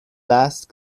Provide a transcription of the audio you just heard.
last